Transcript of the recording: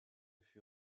fut